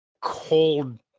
cold